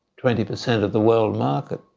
twenty percent of the world market.